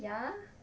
ya